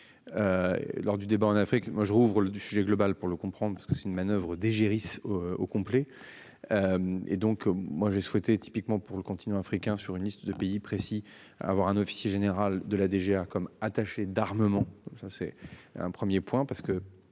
Lors du débat en Afrique moi je rouvre le du sujet global pour le comprendre parce que c'est une manoeuvre d'égérie. Au complet. Et donc moi j'ai souhaité typiquement pour le continent africain sur une liste de pays précis avoir un officier général de la DGA comme attaché d'armement, donc ça c'est un 1er point